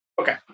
Okay